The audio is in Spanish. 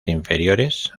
inferiores